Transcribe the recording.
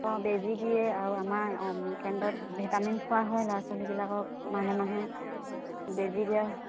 অঁ বেজী দিয়ে আৰু অঁ আমাৰ কেন্দ্ৰত ভিটামিন খোৱা হয় ল'ৰা ছোৱালীবিলাকক মাহে মাহে বেজী দিয়া